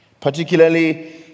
particularly